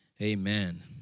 Amen